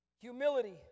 Humility